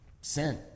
sin